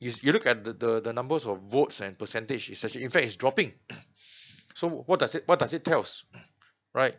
if you look at the the the numbers of votes and percentage is actually in fact is dropping so what does it what does it tells right